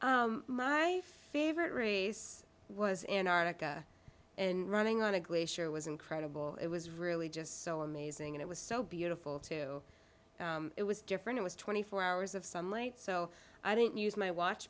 my favorite race was in arctic and running on a glacier was incredible it was really just so amazing and it was so beautiful too it was different it was twenty four hours of sunlight so i didn't use my watch